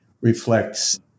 reflects